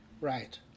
Right